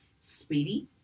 speedy